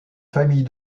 famille